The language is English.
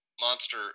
Monster